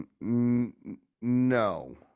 no